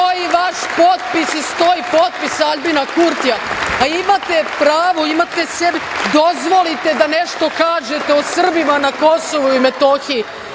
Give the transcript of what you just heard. Stoji vaš potpis i stoji potpis Aljbina Kurtija. Imate pravo, sebi dozvolite da nešto kažete o Srbima na Kosovu i Metohiji,